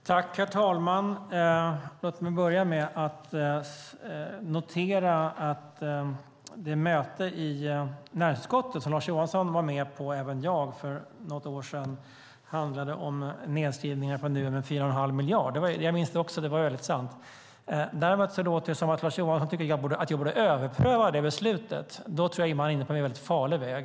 Herr talman! Låt mig börja med att notera att det möte i näringsutskottet som Lars Johansson och även jag deltog i för något år sedan handlade om nedskrivningen av Nuon med 4 1⁄2 miljard. Jag minns det också. Däremot låter det som om Lars Johansson tycker att jag borde överpröva detta beslut.